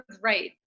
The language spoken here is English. right